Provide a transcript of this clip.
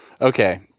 Okay